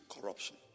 corruption